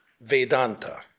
Vedanta